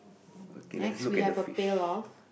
okay let's look at the fish